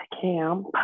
camp